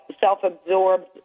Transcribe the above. self-absorbed